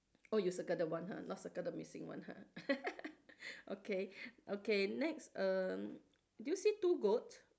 oh you circle the one ha not circle the missing one ha okay okay next err do you see two goat